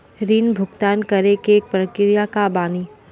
ऋण भुगतान करे के प्रक्रिया का बानी?